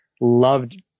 loved